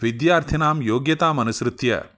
विद्यार्थिनां योग्यताम् अनुसृत्य